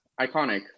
iconic